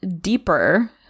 deeper